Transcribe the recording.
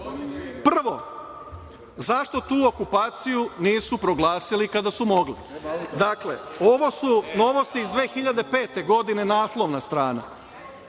– zašto tu okupaciju nisu proglasili kada su mogli? Dakle, ovo su novosti iz 2005.godine naslovna strana.